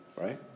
right